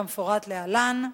כמפורט להלן: